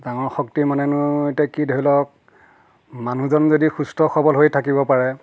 ডাঙৰ শক্তি মানেনো এতিয়া কি ধৰি লওক মানুহজন যদি সুস্থ সবল হৈ থাকিব পাৰে